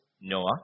Noah